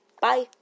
Bye